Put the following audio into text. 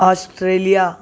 Australia